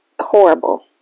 horrible